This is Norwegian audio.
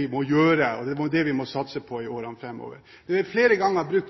vi må gjøre, og det er det vi må satse på i årene framover. Det er flere ganger